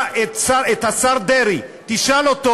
השר דרעי, תשאל אותו.